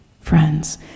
friends